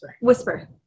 Whisper